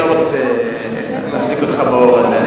אני לא רוצה להציג אותך באור הזה,